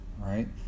right